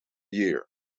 year